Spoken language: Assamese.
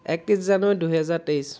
একত্ৰিছ জানুৱাৰী দুহেজাৰ তেইছ